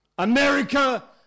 America